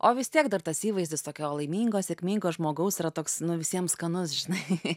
o vis tiek dar tas įvaizdis tokio laimingo sėkmingo žmogaus yra toks nu visiems skanus žinai